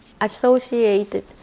associated